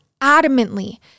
adamantly